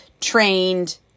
trained